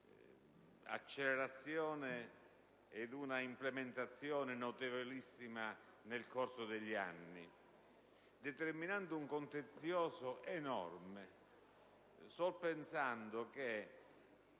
un'accelerazione ed una implementazione notevolissima nel corso degli anni, determinando un contenzioso enorme; basti pensare che